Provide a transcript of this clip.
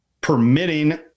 permitting